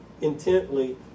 intently